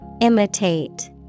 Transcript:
Imitate